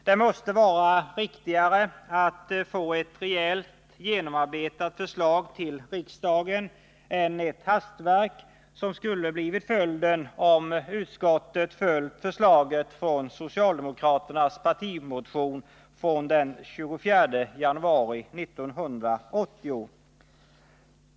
Det måste vara riktigare att få ett rejält genomarbetat förslag till riksdagen än det hastverk som skulle ha blivit följden om utskottet följt förslaget i socialdemokraternas partimotion från den 24 januari 1980.